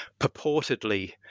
purportedly